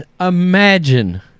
imagine